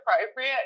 appropriate